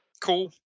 cool